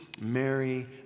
Mary